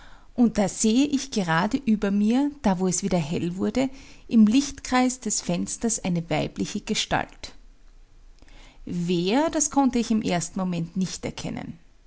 und da sehe ich gerade über mir da wo es wieder hell wurde im lichtkreis des fensters eine weibliche gestalt wer das konnte ich im ersten moment nicht erkennen